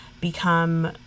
become